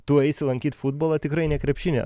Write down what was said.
tu eisi lankyt futbolą tikrai ne krepšinį